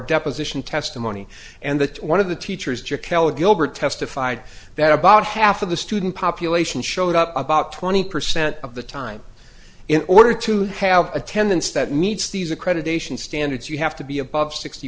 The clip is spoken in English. deposition testimony and that one of the teachers joe keller gilbert testified that about half of the student population showed up about twenty percent of the time in order to have attendance that meets these accreditation standards you have to be above sixty